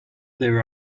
there